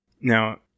Now